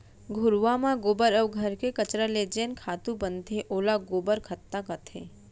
घुरूवा म गोबर अउ घर के कचरा ले जेन खातू बनथे ओला गोबर खत्ता कथें